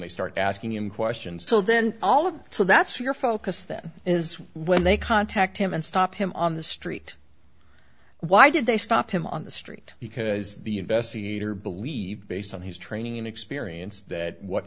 they start asking him questions still then all of that so that's your focus then is when they contact him and stop him on the street why did they stop him on the street because the investigator believed based on his training and experience that what